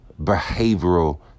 behavioral